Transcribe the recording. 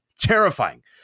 terrifying